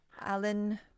Alan